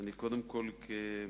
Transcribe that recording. ואני מדבר קודם כול כהורה,